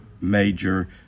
major